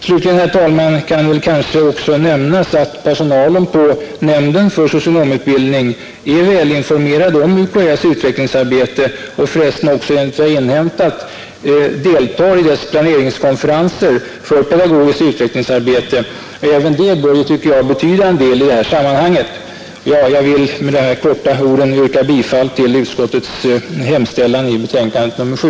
Slutligen kan det väl också nämnas att personalen på nämnden för socionomutbildning är välinformerad om UKÄ:s utvecklingsarbete och enligt vad jag inhämtat också deltar i dess planeringskonferenser för pedagogiskt utvecklingsarbete. Även detta tycker jag bör betyda en hel del i sammanhanget. Herr talman! Med dessa ord vill jag yrka bifall till utbildningsutskottets hemställan i utskottets betänkande nr 7.